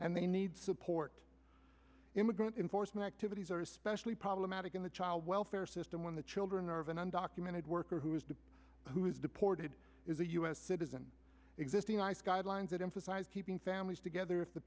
and they need support immigrant enforcement these are especially problematic in the child welfare system when the children or of an undocumented worker who is the who is deported is a u s citizen existing nice guidelines that emphasize keeping families together if the